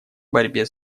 борьбе